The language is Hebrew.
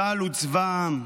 צה"ל הוא צבא העם.